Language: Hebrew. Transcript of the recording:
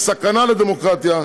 לסכנה לדמוקרטיה,